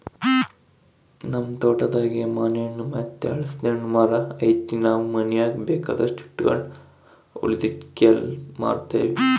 ನಮ್ ತೋಟದಾಗೇ ಮಾನೆಣ್ಣು ಮತ್ತೆ ಹಲಿಸ್ನೆಣ್ಣುನ್ ಮರ ಐತೆ ನಾವು ಮನೀಗ್ ಬೇಕಾದಷ್ಟು ಇಟಗಂಡು ಉಳಿಕೇದ್ದು ಮಾರ್ತೀವಿ